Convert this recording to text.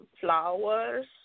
flowers